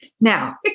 Now